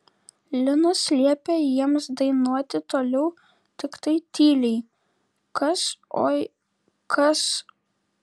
linas liepė jiems dainuoti toliau tiktai tyliai kas oi kas